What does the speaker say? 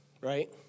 right